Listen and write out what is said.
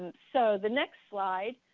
and so the next slide,